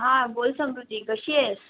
हां बोल समृद्धी कशी आहेस